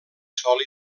sol